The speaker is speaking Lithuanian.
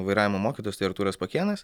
vairavimo mokytojas tai artūras pakėnas